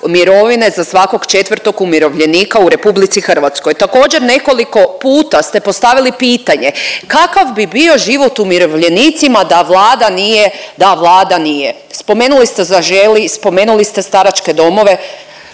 mirovine za svakog 4. umirovljenika u RH. Također nekoliko puta ste postavili pitanje kakav bi bio život umirovljenicima da Vlada nije, da Vlada nije, spomenuli ste „Zaželi“, spomenuli ste staračke domove,